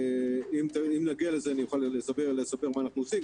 אם נגיע לזה, אני אוכל לספר מה אנחנו עושים.